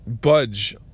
budge